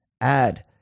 add